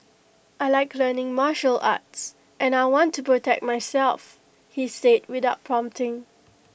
I Like learning martial arts and I want to protect myself he said without prompting